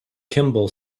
kimball